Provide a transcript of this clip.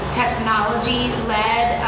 technology-led